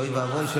אוי ואבוי,